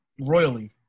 royally